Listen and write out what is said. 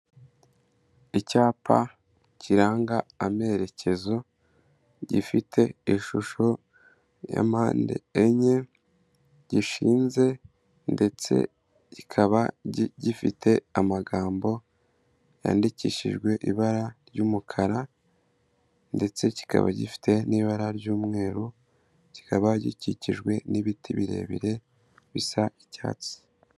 Icyapa kiranga amerekezo gifite ishusho ya mpande enye gishinze ndetse kikaba gifite amagambo yandikishijwe ibara ry'umukara ndetse kikaba gifite n'ibara ry'umweru kikaba gikikijwe n'ibiti birebire bisa icyatsi.